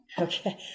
Okay